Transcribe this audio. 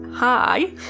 Hi